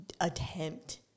attempt